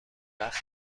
وقت